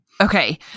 Okay